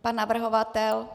Pan navrhovatel?